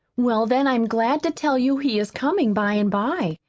well, then i'm glad to tell you he is coming by and by.